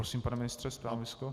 Prosím, pane ministře, stanovisko.